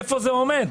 איפה זה עומד?